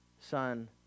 son